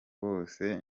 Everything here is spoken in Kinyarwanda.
bose